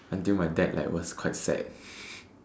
until my dad was like quite sad